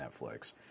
Netflix